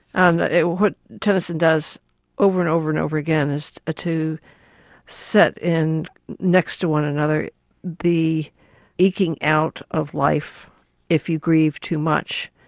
and what tennyson does over and over and over again is to set in next to one another the eking out of life if you grieve too much,